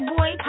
Boy